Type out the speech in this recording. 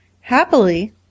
Happily